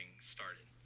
started